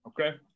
okay